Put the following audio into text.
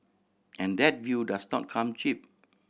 and that view does not come cheap